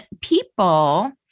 people